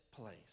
place